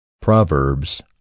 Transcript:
Proverbs